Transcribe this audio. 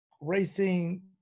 racing